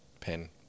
pen